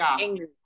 angry